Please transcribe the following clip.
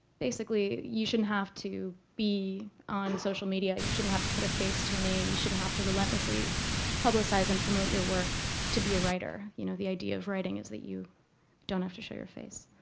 basically you shouldn't have to be on social media. you shouldn't have to put a face to a name. you shouldn't have to relentlessly publicize and promote your work to be a writer. you know the idea of writing is that you don't have to show your face.